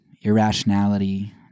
Irrationality